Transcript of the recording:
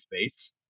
space